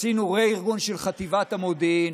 עשינו רה-ארגון של חטיבת המודיעין.